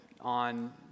on